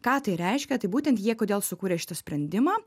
ką tai reiškia tai būtent jie kodėl sukūrė šitą sprendimą